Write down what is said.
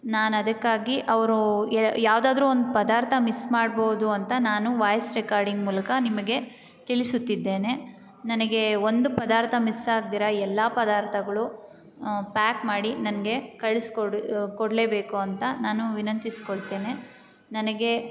ನಾನು ಅದಕ್ಕಾಗಿ ಅವರು ಯಾವುದಾದ್ರು ಒಂದು ಪದಾರ್ಥ ಮಿಸ್ ಮಾಡ್ಬೋದು ಅಂತ ನಾನು ವಾಯ್ಸ್ ರೆಕಾರ್ಡಿಂಗ್ ಮೂಲಕ ನಿಮಗೆ ತಿಳಿಸುತ್ತಿದ್ದೇನೆ ನನಗೆ ಒಂದು ಪದಾರ್ಥ ಮಿಸ್ ಆಗ್ದೀರ ಎಲ್ಲ ಪದಾರ್ಥಗಳು ಪ್ಯಾಕ್ ಮಾಡಿ ನನಗೆ ಕಳಿಸ್ಕೊಡಿ ಕೊಡಲೇಬೇಕೂಂತ ನಾನು ವಿನಂತಿಸ್ಕೊಳ್ತೇನೆ ನನಗೆ